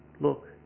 look